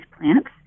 plants